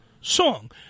song